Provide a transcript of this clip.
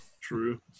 True